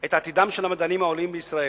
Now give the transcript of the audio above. את עתידם של המדענים העולים בישראל.